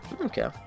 Okay